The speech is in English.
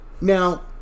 Now